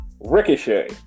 Ricochet